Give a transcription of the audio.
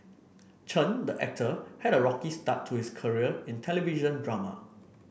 Chen the actor had a rocky start to his career in television drama